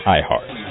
iHeart